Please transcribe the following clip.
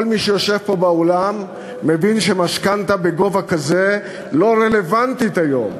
כל מי שיושב פה באולם מבין שמשכנתה בגובה כזה לא רלוונטית היום.